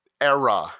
era